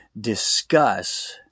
discuss